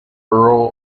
earl